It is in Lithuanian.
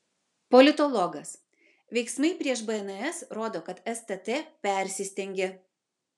politologas veiksmai prieš bns rodo kad stt persistengė